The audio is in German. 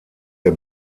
der